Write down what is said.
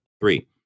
three